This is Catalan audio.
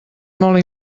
molt